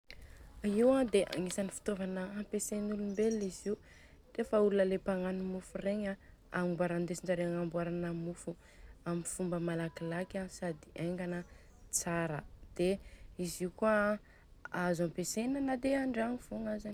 Io an dia agnisany fitaovana ampiasain'olombelona izy io, ndrindra fa le olona mpagnano mofo regny a agnomboarana indesinjareo agnamboarana mofo, amin'ny fomba malakilaky sady engana.